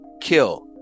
kill